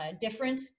different